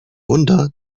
wunder